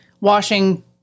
washing